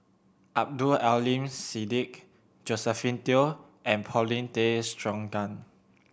Abdul Aleem Siddique Josephine Teo and Paulin Tay Straughan